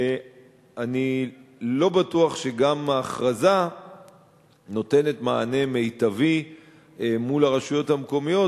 שאני לא בטוח שההכרזה נותנת מענה מיטבי מול הרשויות המקומיות,